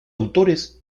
autores